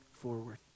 forward